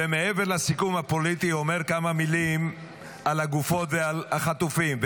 ומעבר לסיכום הפוליטי אומר כמה מילים על הגופות ועל החטופים,